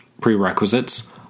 Prerequisites